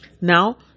Now